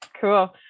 Cool